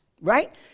right